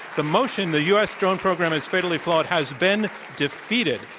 the motion the u. s. drone program is fatally flawed has been defeated.